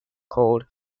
called